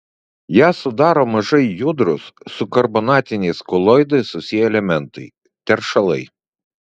ją sudaro mažai judrūs su karbonatiniais koloidais susiję elementai teršalai